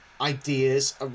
ideas